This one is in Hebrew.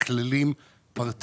או כללים פרטניים.